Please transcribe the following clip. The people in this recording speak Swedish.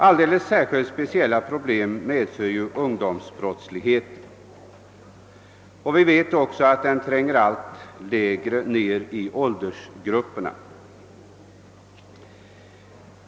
Alldeles speciella problem medför ungdomsbrottsligheten, och vi vet att den tränger allt längre ned i åldersgrupperna.